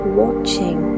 watching